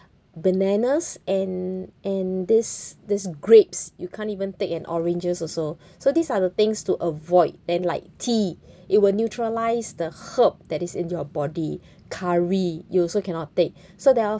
bananas and and this this grapes you can't even take an oranges also so these are the things to avoid then like tea it will neutralise the herb that is in your body curry you also cannot take so there are